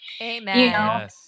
Amen